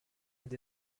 and